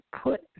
put